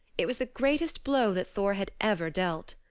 it was the greatest blow that thor had ever dealt.